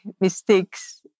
mistakes